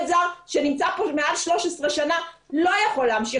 זר שנמצא כאן מעל 13 שנים לא יכול להמשיך,